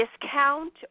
discount